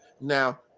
Now